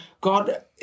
God